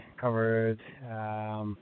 covered